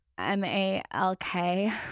M-A-L-K